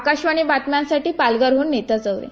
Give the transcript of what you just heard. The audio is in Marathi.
आकाशवाणी बातम्यांसाठी पालघरहन नीता चौरे